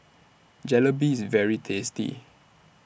Jalebi IS very tasty